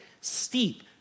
steep